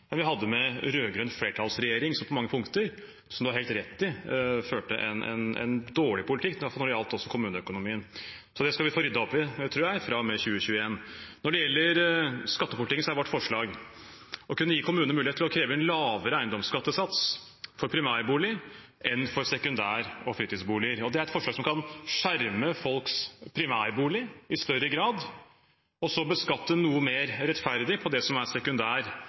vi hadde med en rød-grønn flertallsregjering, som på mange punkter, som representanten Njåstad har helt rett i, førte en dårlig politikk, i hvert fall når det gjaldt kommuneøkonomien. Så det tror jeg vi skal få ryddet opp i fra og med 2021. Når det gjelder skattepolitikken, er vårt forslag å kunne gi kommunene mulighet til å ha en lavere eiendomsskattesats for primærboliger enn for sekundær- og fritidsboliger. Det er et forslag som kan skjerme folks primærbolig i større grad og så beskatte noe mer rettferdig på det som er sekundær-